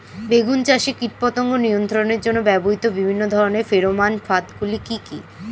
বেগুন চাষে কীটপতঙ্গ নিয়ন্ত্রণের জন্য ব্যবহৃত বিভিন্ন ধরনের ফেরোমান ফাঁদ গুলি কি কি?